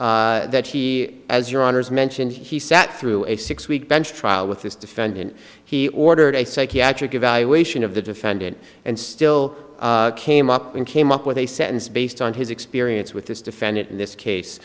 that he as your honour's mentioned he sat through a six week bench trial with this defendant he ordered a psychiatric evaluation of the defendant and still came up and came up with a sentence based on his experience with this defendant in this case